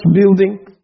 building